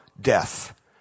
death